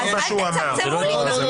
אז אל תצמצמו עכשיו.